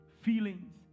feelings